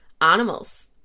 animals